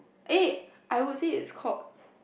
eh I would say it's called